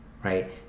Right